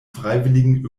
freiwilligen